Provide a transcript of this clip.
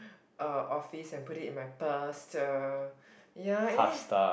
uh office and put in it in my purse uh ya eh